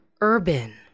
urban